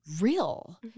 real